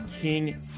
King